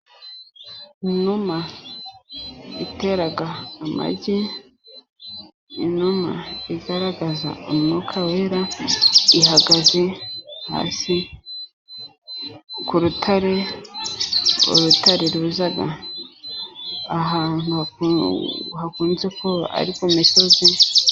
Inuma itera amagi, inuma igaragaza umwuka wera, ihagaze hasi ku rutare, urutare ruza ahantu hakunze kuba ari ku misozi.